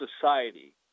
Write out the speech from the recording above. society